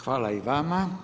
Hvala i vama.